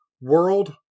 world